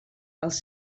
els